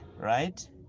Right